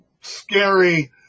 scary